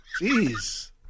Jeez